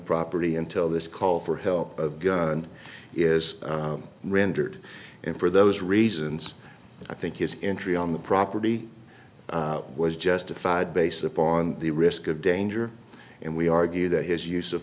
property until this call for help of a gun is rendered and for those reasons i think his entry on the property was justified based upon the risk of danger and we argue that his use of